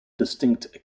distinct